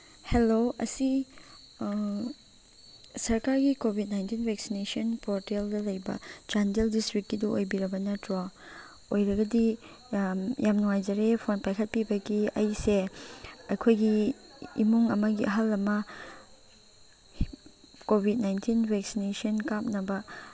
hello ꯑꯁꯤ ꯁꯔꯀꯥꯔꯒꯤ COVID nineteen vaccination ꯄꯣꯔꯇꯦꯜꯗ ꯂꯩꯕ ꯆꯥꯟꯗꯦꯜ ꯗꯤꯁꯇ꯭ꯔꯤꯛꯀꯤꯗꯣ ꯑꯣꯏꯕꯤꯔꯕ ꯅꯠꯇ꯭ꯔꯣ ꯑꯣꯏꯔꯒꯗꯤ ꯌꯥꯝ ꯅꯨꯡꯉꯥꯏꯖꯔꯦ ꯐꯣꯟ ꯄꯥꯏꯈꯠꯄꯤꯕꯒꯤ ꯑꯩꯁꯦ ꯑꯩꯈꯣꯏꯒꯤ ꯏꯃꯨꯡ ꯑꯃꯒꯤ ꯑꯍꯜ ꯑꯃ ꯀꯣꯚꯤꯠ ꯅꯥꯏꯟꯇꯤꯟ ꯚꯦꯛꯁꯤꯅꯦꯁꯟ ꯀꯥꯞꯅꯕ